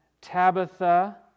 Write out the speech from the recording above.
Tabitha